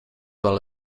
well